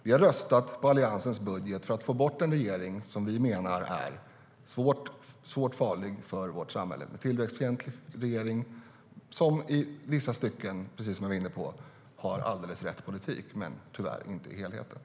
Vi har röstat på Alliansens budget för att få bort en regering som vi menar är farlig för vårt samhälle, en tillväxtfientlig regering som i vissa stycken, precis som jag var inne på, har alldeles rätt politik men tyvärr inte helheten.